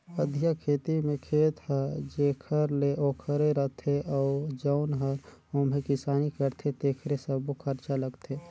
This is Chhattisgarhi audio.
अधिया खेती में खेत हर जेखर हे ओखरे रथे अउ जउन हर ओम्हे किसानी करथे तेकरे सब्बो खरचा लगथे